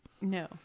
No